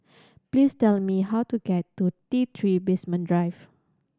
please tell me how to get to T Three Basement Drive